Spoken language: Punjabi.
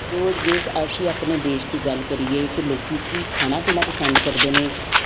ਜੋ ਜਿਸ ਅਸੀਂ ਆਪਣੇ ਦੇਸ਼ ਦੀ ਗੱਲ ਕਰੀਏ ਕਿ ਲੋਕ ਕੀ ਖਾਣਾ ਪੀਣਾ ਪਸੰਦ ਕਰਦੇ ਨੇ